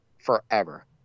forever